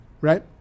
right